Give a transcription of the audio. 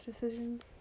decisions